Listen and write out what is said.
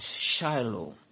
Shiloh